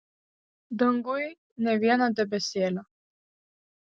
danguj nė vieno debesėlio